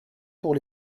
pour